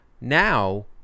Now